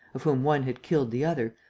of whom one had killed the other,